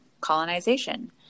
colonization